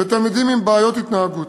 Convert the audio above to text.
לתלמידים עם בעיות התנהגות.